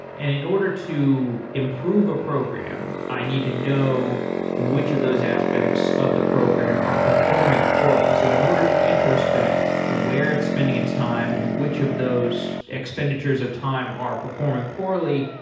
and in order to improve a program, i need to know which of those aspects of the program are performing poorly. so in order to introspect where it's spending its time and which of those expenditures of time are performing poorly,